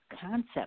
concept